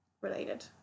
related